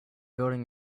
building